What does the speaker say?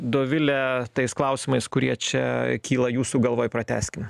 dovile tais klausimais kurie čia kyla jūsų galvoj pratęskim